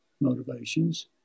motivations